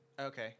Okay